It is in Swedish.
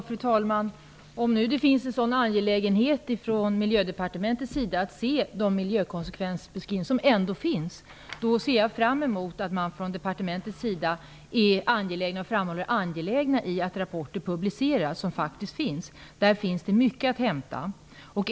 Fru talman! Om det nu på Miljödepartementet finns en sådan angelägenhet om att se de miljökonsekvensbeskrivningar som ändå finns, ser jag fram emot att man från departementet kommer att framhålla det angelägna i att de rapporter som faktiskt finns publiceras. Där finns det mycket att hämta.